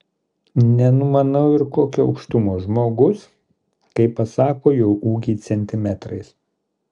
nenumanau ir kokio aukštumo žmogus kai pasako jo ūgį centimetrais